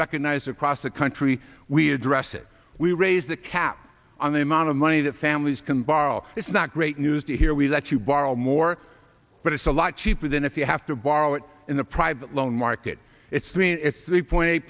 recognized across the country we address it we raise the cap on the amount of money that families can borrow it's not great news to hear we let you borrow more but it's a lot cheaper than if you have to borrow it in the private loan market it's mean it's three point eight